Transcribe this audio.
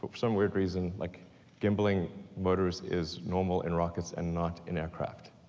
some weird reason like gimbling motors is normal in rockets and not in aircraft.